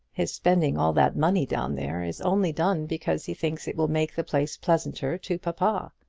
his spending all that money down there is only done because he thinks it will make the place pleasanter to papa.